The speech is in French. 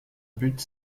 but